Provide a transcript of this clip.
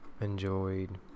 enjoyed